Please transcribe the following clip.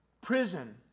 prison